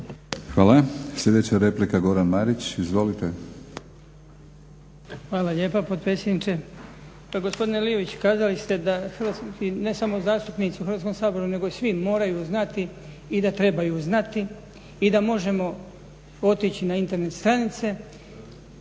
Hvala. Sljedeća replika Goran Marić. Izvolite. **Marić, Goran (HDZ)** Hvala lijepa potpredsjedniče. Pa gospodine Liović kazali ste da ne samo zastupnici u hrvatskom saboru nego i svi moraju znati i da trebaju znati i da možemo otići na Internet stranice.